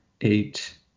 eight